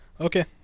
Okay